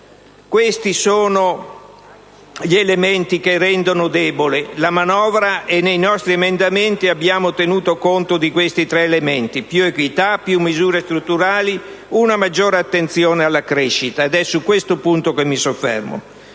questi sono gli elementi che rendono debole la manovra e nei nostri emendamenti ne abbiamo tenuto conto: più equità, maggiori misure strutturali e una maggiore attenzione alla crescita. Ed è su questo punto che desidero